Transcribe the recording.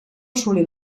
assolí